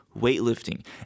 weightlifting